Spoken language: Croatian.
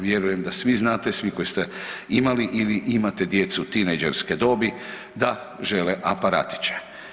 Vjerujem da svi znate svi koji ste imali ili imate djecu tinejdžerske dobi da žele aparatiće.